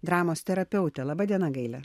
dramos terapeutė laba diena gaile